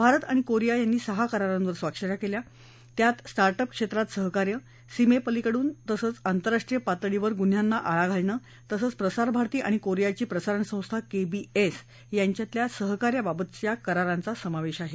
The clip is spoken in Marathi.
भारत आणि कोरिया यांनी सहा करारांवर स्वाक्ष या केल्या त्यात स्टार्ट अप क्षेत्रात सहकार्य सीमेपलीकडून तसंच आंतरराष्ट्रीय पातळीवर गुन्ह्यांना आळा घालणं तसंच प्रसारभारती आणि कोरियाची प्रसारण संस्था केबीएस यांच्यातल्या सहकार्याबाबतचा करारांचा समावेश आहे